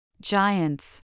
Giants